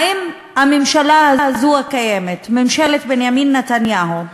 האם הממשלה הקיימת, ממשלת בנימין נתניהו,